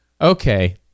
okay